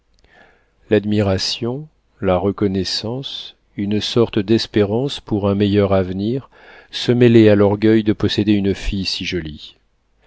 l'admiration la reconnaissance une sorte d'espérance pour un meilleur avenir se mêlaient à l'orgueil de posséder une fille si jolie